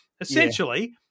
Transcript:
Essentially